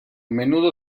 menudo